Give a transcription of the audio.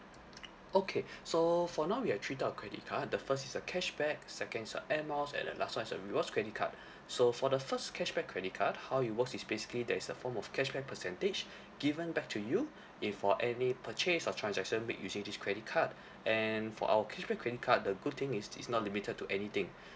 okay so for now we have three types of your credit card the first is a cashback second is a air miles and the last one is a rewards credit card so for the first cashback credit card how it works is basically there is a form of cashback percentage given back to you if for any purchase or transaction make using this credit card and for our cashback credit card the good thing is it is not limited to anything